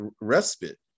respite